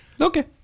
okay